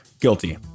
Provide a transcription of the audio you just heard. guilty